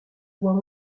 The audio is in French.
voit